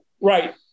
right